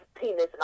penis